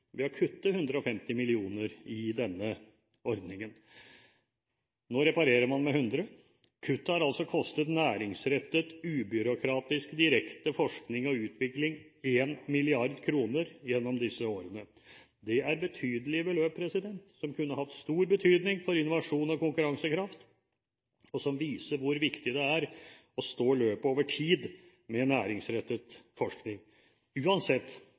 150 mill. kr i denne ordningen. Nå reparerer man med 100 mill. kr. Kuttet har altså kostet næringsrettet ubyråkratisk direkte forskning og utvikling 1 mrd. kr gjennom disse årene. Det er betydelige beløp som kunne hatt stor betydning for innovasjon og konkurransekraft, og som viser hvor viktig det er å stå løpet over tid med en næringsrettet forskning – uansett